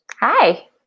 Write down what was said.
hi